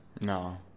No